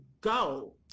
go